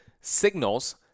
signals